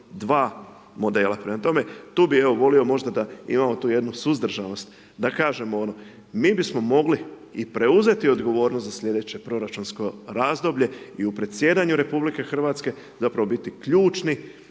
2 modela. Prema tome, tu bi evo volio, možda da imamo jednu suzdržanost, da kažemo ono mi bismo mogli i preuzeti odgovornost za sljedeće proračunsko razdoblje i u predsjedanju RH, zapravo biti ključni